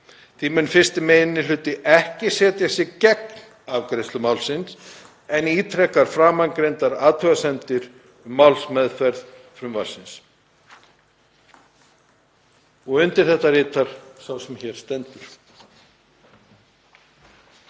Því mun 1. minni hluti ekki setja sig gegn afgreiðslu málsins, en ítrekar framangreindar athugasemdir um málsmeðferð frumvarpsins. Undir þetta álit ritar sá sem hér stendur.